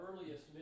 earliest